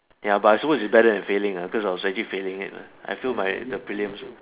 ya but I suppose its better than failing uh because I was actually failing it lah I failed my the prelims